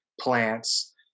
plants